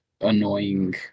annoying